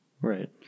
Right